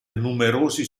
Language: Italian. numerosi